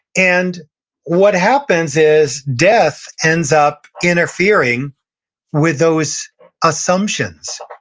and what happens is, death ends up interfering with those assumptions.